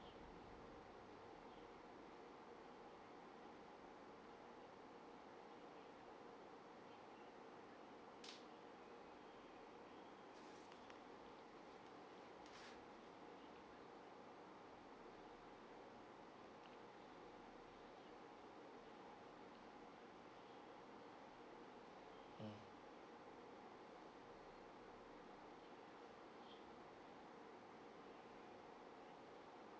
mm